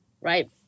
right